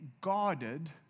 guarded